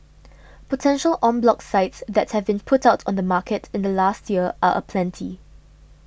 potential en bloc sites that have been put on the market in the past year are aplenty